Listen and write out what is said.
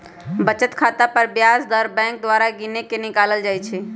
बचत खता पर ब्याज दर बैंक द्वारा गिनके निकालल जाइ छइ